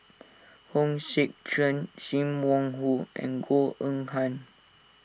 Hong Sek Chern Sim Wong Hoo and Goh Eng Han